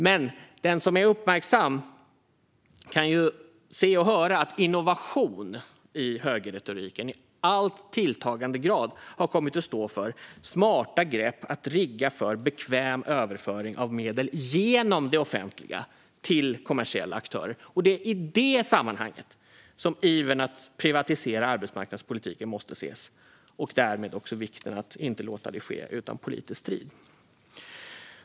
Men den som är uppmärksam kan se och höra att innovation i högerretoriken i allt tilltagande grad har kommit att stå för smarta grepp för att rigga för bekväm överföring av medel genom det offentliga till kommersiella aktörer. Det är i det sammanhanget som ivern att privatisera arbetsmarknadspolitiken måste ses och därmed också vikten av att inte låta det ske utan politisk strid. Fru talman!